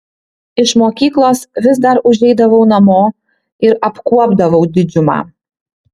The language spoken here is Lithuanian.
iš mokyklos vis dar užeidavau namo ir apkuopdavau didžiumą